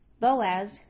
Boaz